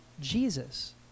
Jesus